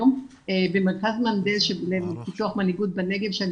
במרכז מנדל לפיתוח מנהיגות בנגב שאני